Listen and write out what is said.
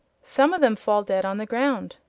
some of them fall dead on the ground.